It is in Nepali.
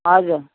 हजुर